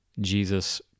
Jesus